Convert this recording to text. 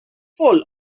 full